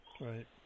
Right